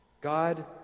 God